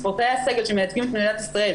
ספורטאי הסגל שמייצגים את מדינת ישראל,